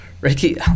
Ricky